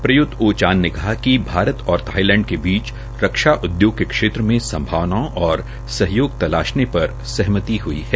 Prayut ओ चान ने कहा कि भारत और थाईलैंड के बीच रक्षा उद्योग के क्षेत्र मे संभावनाओं और सहयोग तलाशने पर सहमति हई है